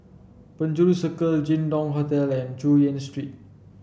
Penjuru Circle Jin Dong Hotel and Chu Yen Street